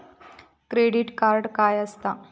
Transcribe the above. Credit card काय असता?